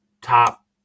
top